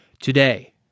today